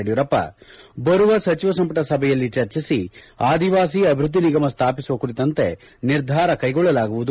ಯಡಿಯೂರಪ್ಪ ಬರುವ ಸಚಿವ ಸಂಪುಟ ಸಭೆಯಲ್ಲಿ ಚರ್ಚಿಸಿ ಆದಿವಾಸಿ ಅಭಿವೃದ್ದಿ ನಿಗಮ ಸ್ಥಾಪಿಸುವ ಕುರಿತಂತೆ ನಿರ್ಧಾರ ಕೈಗೊಳ್ಳಲಾಗುವುದು